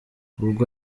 ubwo